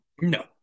No